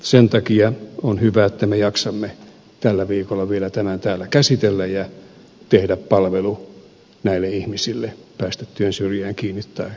sen takia on hyvä että me jaksamme tällä viikolla vielä tämän täällä käsitellä ja tehdä palvelun näille ihmisille päästä työn syrjään kiinni tai koulutukseen